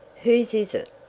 whose is it?